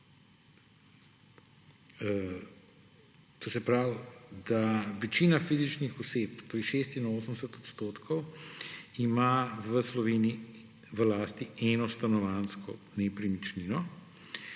kota, da večina fizičnih oseb, to je 86 odstotkov, ima v Sloveniji v lasti eno stanovanjsko nepremičnino,